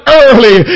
early